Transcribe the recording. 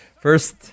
First